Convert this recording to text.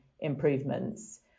improvements